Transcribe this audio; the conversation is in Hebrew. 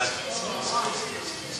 הצעת החוק הממשלתית: